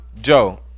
Joe